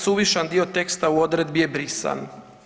Suvišan dio teksta u odredbi je brisan.